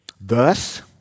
Thus